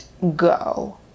Go